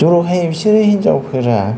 ज' हाय बिसोर हिन्जावफोरा